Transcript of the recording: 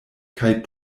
kaj